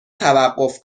توقف